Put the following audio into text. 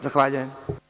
Zahvaljujem.